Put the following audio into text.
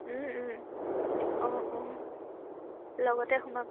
অঁ অঁ লগতে সোমাম